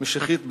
משיחית באריאל,